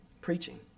preaching